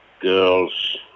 girls